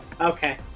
Okay